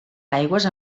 aigües